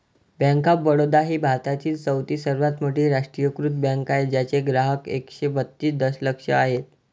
bank of Baroda ही भारतातील चौथी सर्वात मोठी राष्ट्रीयीकृत बँक आहे ज्याचे ग्राहक एकशे बत्तीस दशलक्ष आहेत